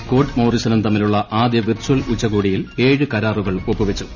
Scott മോറിസണും തമ്മിലുള്ള ആദ്യ വിർച്ചൽ ഉച്ചകോടിയിൽ ഏഴ് കരാറുകൾ ഒപ്പു വച്ചു